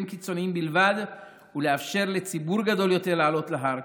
קיצוניים בלבד ולאפשר לציבור גדול יותר לעלות להר,